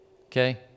Okay